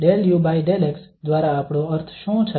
તો 𝜕u𝜕x દ્વારા આપણો અર્થ શું છે